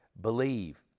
Believe